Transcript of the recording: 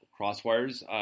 crosswires